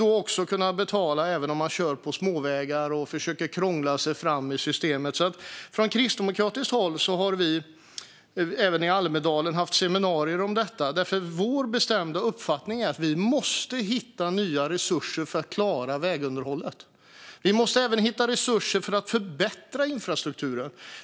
Då betalar man även om man kör på småvägar och försöker sig krångla sig fram i systemet. Från kristdemokratiskt håll har vi, även i Almedalen, haft seminarier om detta, för vår bestämda uppfattning är att vi måste hitta nya resurser för att klara vägunderhållet. Vi måste även hitta resurser för att förbättra infrastrukturen.